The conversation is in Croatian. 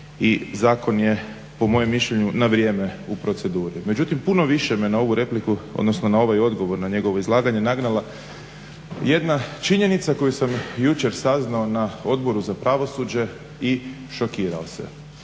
i zakon je po mojem mišljenju na vrijeme u proceduri. Međutim puno više me na ovu repliku odnosno na ovaj odgovor na njegovo izlaganje nagnala jedna činjenica koju sam jučer saznao na Odboru za pravosuđe i šokirao se.